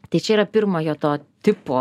tai čia yra pirmojo to tipo